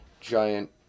giant